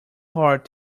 hard